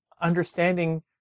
understanding